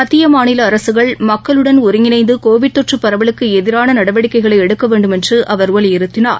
மத்தியமாநிலஅரசுகள் மக்களுடன் ஒருங்கிணைந்துகோவிட் தொற்றுபரவலுக்குஎதிரானநடவடிக்கைகளைஎடுக்கவேண்டுமென்றுஅவர் வலியுறுத்தினார்